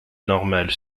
normale